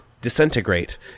disintegrate